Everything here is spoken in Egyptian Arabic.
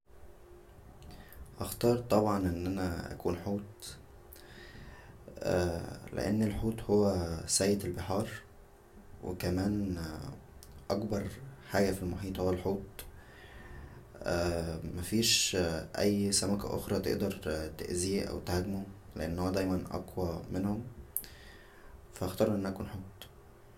هختار طبعا ان انا اكون حوت لان الحوت هو سيد البحار و كمان اكبر حاجه فى المحيط هو الحوت مفيش اى سمكه اخرى ممكن تاذيه او تهاجمه لان هو دائما اقوى منهم فا اختار ان اكون حوت